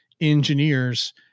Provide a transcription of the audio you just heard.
engineers